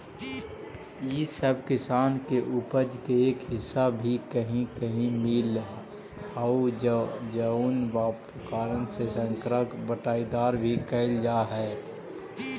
इ सब किसान के उपज के एक हिस्सा भी कहीं कहीं मिलऽ हइ जउन कारण से एकरा बँटाईदार भी कहल जा हइ